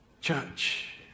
Church